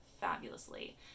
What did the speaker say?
fabulously